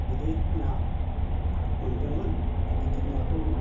गिदिद ना मोनदोंमोन गिदिद नाखौ